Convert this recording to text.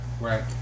right